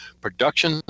Production